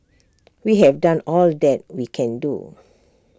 we have done all that we can do